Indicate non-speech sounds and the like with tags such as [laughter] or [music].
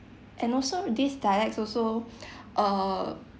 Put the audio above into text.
and also these dialects also [breath] err